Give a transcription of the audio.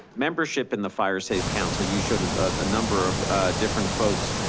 membership in the firesafe council. you showed a number of different folks.